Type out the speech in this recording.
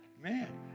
Man